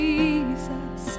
Jesus